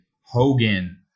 Hogan